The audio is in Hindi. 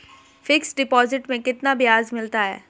फिक्स डिपॉजिट में कितना ब्याज मिलता है?